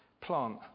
plant